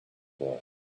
voice